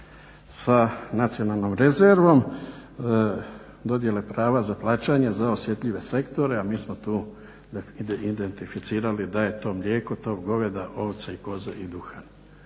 sa nacionalnom rezervom dodjele prava za plaćanje za osjetljive sektore a mi smo tu identificirali da je to mlijeko, tov goveda, ovca i koza i duhan.